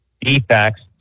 defects